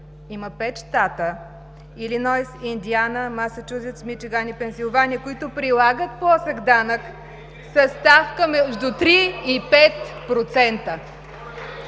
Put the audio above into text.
има пет щата – Илинойс, Индиана, Масачузетс, Мичиган и Пенсилвания, които прилагат плосък данък със ставка между 3 и 5%!